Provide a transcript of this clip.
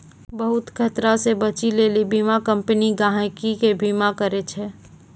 बहुते खतरा से बचै लेली बीमा कम्पनी गहकि के बीमा करै छै